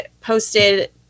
posted –